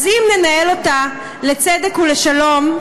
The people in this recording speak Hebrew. אז אם ננהל אותה לצדק ולשלום,